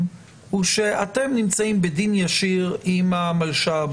הוא שאתם נמצאים בדין ישיר עם המלש"ב,